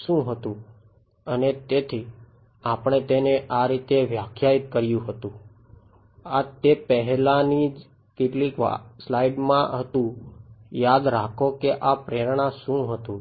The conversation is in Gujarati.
શું હતુંઅને તેથી આપણે તેને આ રીતે વ્યાખ્યાયિત કર્યું હતું આ તે પહેલાની કેટલીક સ્લાઇડ્સમાં હતું યાદ રાખો કે આ પ્રેરણા શું હતું